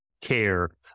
care